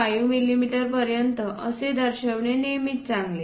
5 मिमी पर्यंत असणे दर्शवणे नेहमीच चांगले